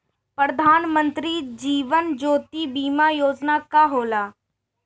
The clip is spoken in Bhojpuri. प्रधानमंत्री जीवन ज्योति बीमा योजना का होला?